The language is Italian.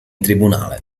tribunale